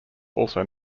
also